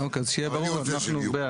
אז שיהיה ברור אנחנו בעד.